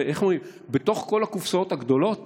ואיך אומרים, שבתוך כל הקופסאות הגדולות